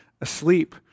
asleep